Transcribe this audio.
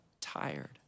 tired